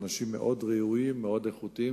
אנשים מאוד ראויים ומאוד איכותיים,